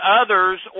others